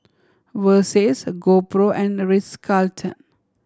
Versace GoPro and Ritz Carlton